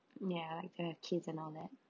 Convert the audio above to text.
ya like they have kids and all that